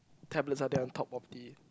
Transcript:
tablets are there on top of the